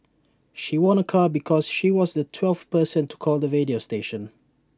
she won A car because she was the twelfth person to call the radio station